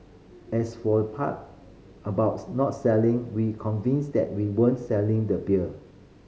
as for part about not selling we convinced that we weren't selling the beer